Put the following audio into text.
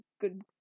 good